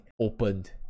opened